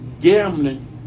gambling